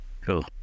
Cool